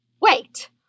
wait